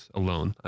alone